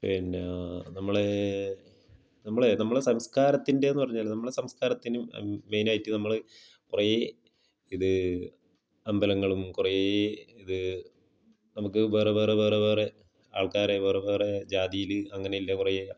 പിന്നെ നമ്മൾ നമ്മളെ നമ്മളെ സംസ്കാരത്തിൻറ്റേന്ന് പറഞ്ഞാൽ നമ്മളെ സംസ്കാരത്തിന് മെയ്നായിട്ട് നമ്മൾ കുറെ ഇത് അമ്പലങ്ങളും കുറെ ഇത് നമുക്ക് വേറെ വേറെ വേറെ വേറെ ആൾക്കാരെ വേറെ വേറെ ജാതിയിൽ അങ്ങനെയുള്ള കുറെ